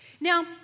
Now